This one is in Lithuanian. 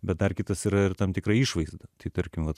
bet dar kitas yra ir tam tikra išvaizda tai tarkim vat